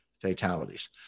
fatalities